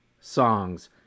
songs